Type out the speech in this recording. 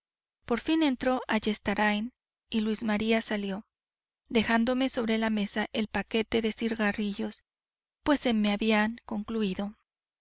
por fin entró ayestarain y luis maría salió dejándome sobre la mesa el paquete de cigarrillos pues se me habían concluído